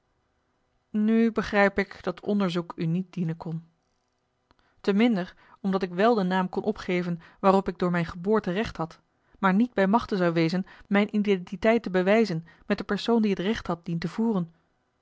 nu begrijp ik dat onderzoek u niet dienen kon te minder omdat ik wel den naam kon opgeven waarop ik door mijne geboorte recht had maar niet bij machte zou wezen mijneidentiteit te bewijzen met den persoon die het recht had dien te voeren